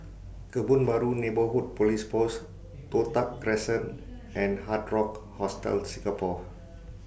Kebun Baru Neighbourhood Police Post Toh Tuck Crescent and Hard Rock Hostel Singapore